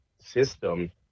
system